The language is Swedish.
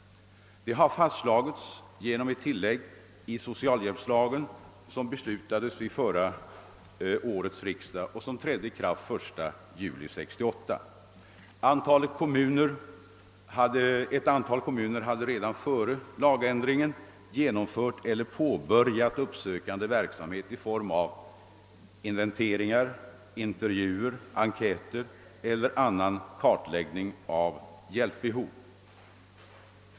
Detta har fastslagits i ett tillägg till socialhjälpslagen, som beslutades vid förra årets riksdag och trädde i kraft den 1 juli 1968. Ett antal kommuner hade redan före lagändringen genomfört eller påbörjat en uppsökande verksamhet i form av inventeringar, intervjuer, enkäter eller annan kartläggning av hjälpbehoven.